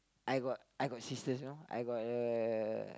I got sisters you know I got the